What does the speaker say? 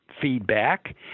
feedback